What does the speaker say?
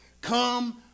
Come